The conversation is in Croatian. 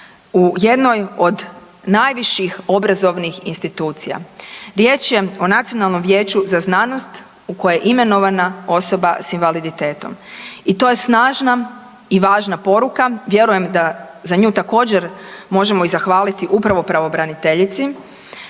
u jednoj od najviših obrazovnih institucija. Riječ je o Nacionalnom vijeću za znanost u koje je imenovana osoba s invaliditetom. I to je snažna i važna poruka, vjerujem da za nju također možemo i zahvaliti upravo pravobraniteljici,